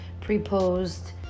pre-posed